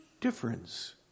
difference